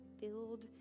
build